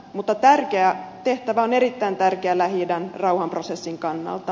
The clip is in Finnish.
mutta tehtävä on erittäin tärkeä lähi idän rauhanprosessin kannalta